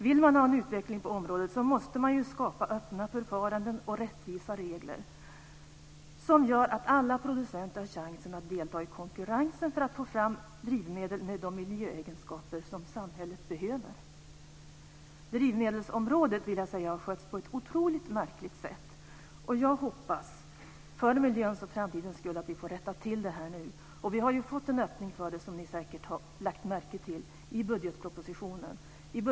Vill man ha en utveckling på området måste man skapa öppna förfaranden och rättvisa regler, som gör att alla producenter har chansen att delta i konkurrensen för att få fram drivmedel med de miljöegenskaper som samhället behöver. Drivmedelsområdet har skötts på ett oerhört märkligt sätt. Jag hoppas för miljöns och framtidens skull att detta nu rättas till. Vi har, som ni säkert har lagt märke till, fått en öppning för detta i budgetpropositionen.